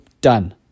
done